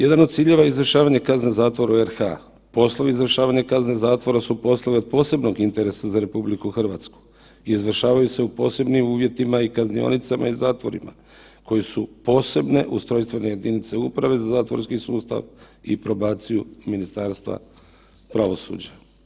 Jedan od ciljeva je izvršavanje kazne zatvora u RH, poslovi izvršavanja kazne zatvora su poslovi od posebnog interesa za RH, izvršavaju se u posebnim uvjetima i kaznionicama i zatvorima koje su posebne ustrojstvene jedinice uprave za zatvorski sustav i probaciju Ministarstva pravosuđa.